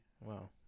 wow